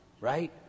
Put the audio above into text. Right